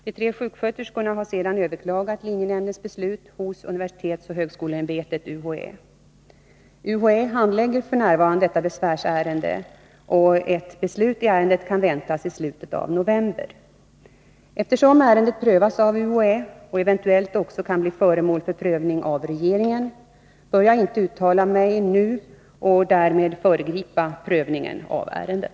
De tre sjuksköterskorna har sedan överklagat linjenämndens beslut hos universitetsoch högskoleämbetet . UHÄ handlägger f.n. detta besvärsärende, och ett beslut i ärendet kan väntas i slutet av november. Eftersom ärendet prövas av UHÄ och eventuellt också kan bli föremål för prövning av regeringen, bör jag inte uttala mig nu och därmed föregripa prövningen av ärendet.